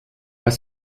pas